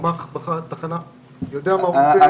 רמ"ח תחנה יודע מה הוא עושה.